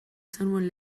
zenuen